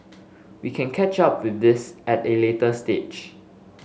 we can catch up with this at a later stage